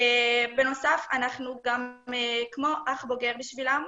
בנוסף אנחנו גם כמו אח בוגר בשבילם,